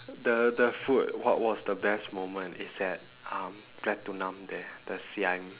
the the food what was the best moment is at um pratunam there the siam